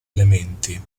elementi